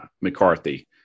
McCarthy